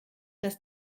dass